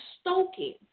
stoking